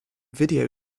video